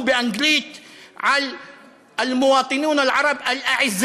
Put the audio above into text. באנגלית על (אומר בערבית: התושבים הערבים היקרים)